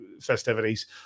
festivities